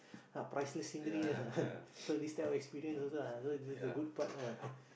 ah priceless scenery ah so this type of experience also ah so is the good part ah